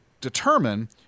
determine